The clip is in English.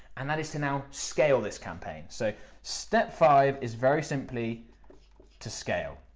and that is to now scale this campaign. so step five is very simply to scale.